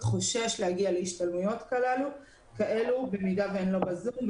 חושש להגיע להשתלמויות כאלו במידה שהן לא בזום,